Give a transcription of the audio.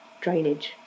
drainage